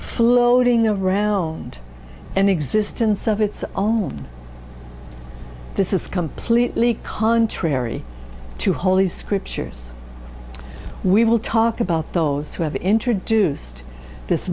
floating around and existence of its own this is completely contrary to holy scriptures we will talk about those who have introduced this